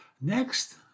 Next